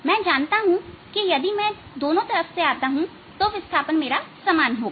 मैं जानता हूं कि यदि मैं दोनों तरफ से आता हूं तो विस्थापन समान होगा